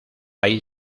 hay